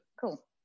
Cool